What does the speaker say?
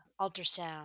ultrasound